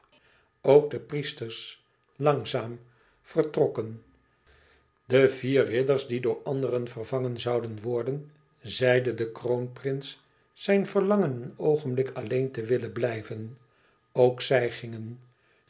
ook de priesters langzaam vertrokken den vier ridders die door anderen verangen zouden worden zeide de kroonprins zijn verlangen een oogenblik alleen te willen blijven ook zij gingen